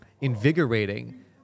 invigorating